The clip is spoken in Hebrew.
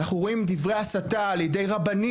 אנחנו רואים דברי הסתה על ידי רבנים,